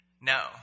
No